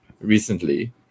recently